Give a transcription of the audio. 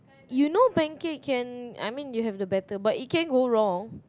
you know pancake can I mean you have the batter but it can go wrong